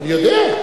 אני יודע,